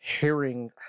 hearing